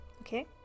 Okay